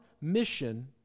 mission